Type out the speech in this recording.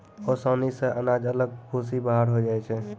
ओसानी से अनाज अलग भूसी बाहर होय जाय छै